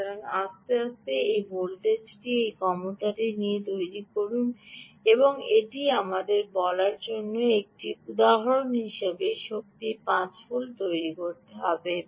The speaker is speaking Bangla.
সুতরাং আস্তে আস্তে এই ভোল্টেজটি এই ক্ষমতাটি তৈরি করছে বলুন যে এটি তৈরি করতে হবে আমাদের বলার জন্য এটি একটি উদাহরণ হিসাবে সঠিক হিসাবে 5 ভোল্ট তৈরি করতে হবে